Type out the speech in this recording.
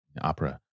opera